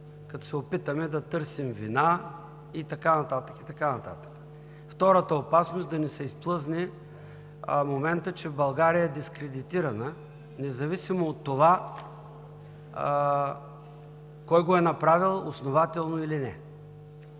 като се опитаме да търсим вина и така нататък, и така нататък. Втората опасност – да ни се изплъзне моментът, че България е дискредитирана, независимо от това кой го е направил, основателно или не.